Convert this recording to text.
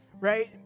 right